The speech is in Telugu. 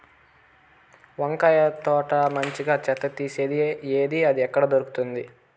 వంకాయ తోట మంచిగా చెత్త తీసేది ఏది? అది ఎక్కడ దొరుకుతుంది?